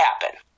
happen